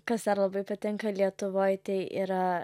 kas dar labai patinka lietuvoj tai yra